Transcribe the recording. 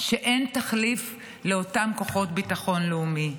שאין תחליף לאותם כוחות ביטחון לאומי.